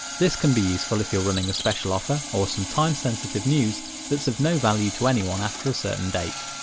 this can be useful if you're running a special offer or some time-sensitive news that's of no value to anyone after certain date.